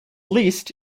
least